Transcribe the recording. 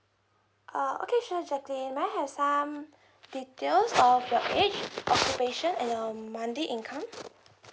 ah okay sure jaclyn may I have some details of your age occupation and your monthly income